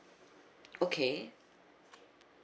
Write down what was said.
okay